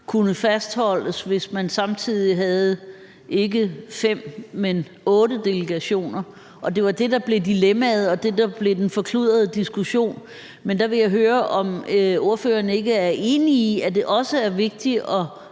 kunne fastholdes, hvis man samtidig havde, ikke fem, men otte delegationer, og det var det, der blev dilemmaet, og det, der blev den forkludrede diskussion, men der vil jeg høre, om ordføreren ikke er enig i, at det også er vigtigt at